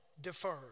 deferred